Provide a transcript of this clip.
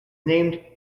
named